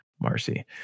Marcy